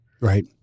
Right